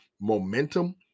momentum